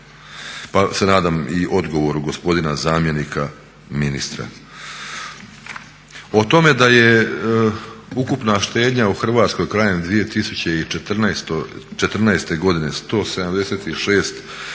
Pa se nadam i odgovoru gospodina zamjenika ministra. O tome da je ukupna štednja u Hrvatskoj krajem 2014. godine 176 milijarde